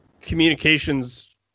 communications